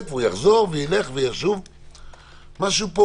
פקודת מאסר והוא באמת במצב מאוד קשה,